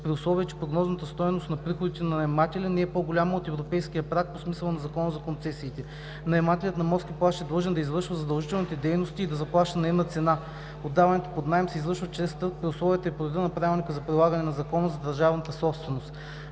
при условие че прогнозната стойност на приходите на наемателя не е по-голяма от европейския праг по смисъла на Закона за концесиите. Наемателят на морски плаж е длъжен да извършва задължителните дейности и да заплаща наемна цена. Отдаването под наем се извършва чрез търг при условията и по реда на Правилника за прилагане на Закона за държавната собственост.“;